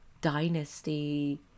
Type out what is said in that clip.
dynasty